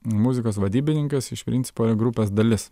muzikos vadybininkas iš principo yra grupės dalis